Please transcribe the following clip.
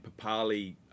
Papali